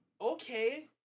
okay